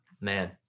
man